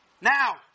Now